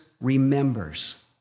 remembers